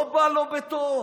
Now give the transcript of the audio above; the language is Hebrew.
לא בא לו בטוב.